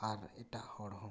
ᱟᱨ ᱮᱴᱟᱜ ᱦᱚᱲ ᱦᱚᱸ